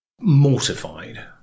mortified